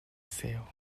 sale